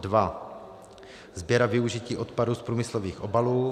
2. sběr a využití odpadů z průmyslových obalů;